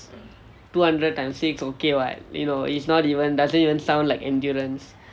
two hundred and six okay [what] you know it's not even doesn't even sound like endurance